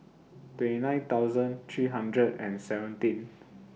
twenty nine thousand three hundred and seventeen